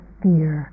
fear